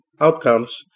outcomes